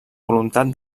voluntat